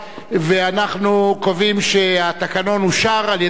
ואנחנו קובעים שהתקנון אושר על-ידי מליאת הכנסת.